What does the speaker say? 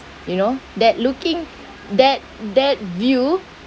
you know that looking that that view